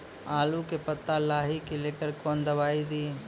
आलू के पत्ता लाही के लेकर कौन दवाई दी?